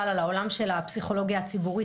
וגם כן על העולם של הפסיכולוגיה הציבורית.